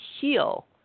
heal